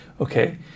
okay